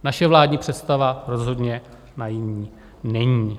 Naše vládní představa rozhodně naivní není.